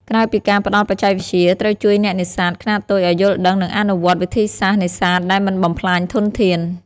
ក្រៅពីការផ្តល់បច្ចេកវិទ្យា ត្រូវជួយអ្នកនេសាទខ្នាតតូចឲ្យយល់ដឹង និងអនុវត្តន៍វិធីសាស្ត្រនេសាទដែលមិនបំផ្លាញធនធាន។